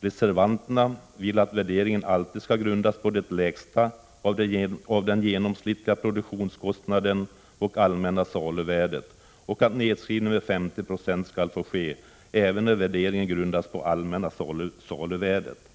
Reservanterna vill att värderingen alltid skall grundas på det lägsta värdet 25 maj 1987 av den genomsnittliga produktionskostnaden och det allmänna saluvärdet och att nedskrivning med 50 96 skall få ske även när värderingen grundas på RER det allmänna saluvärdet.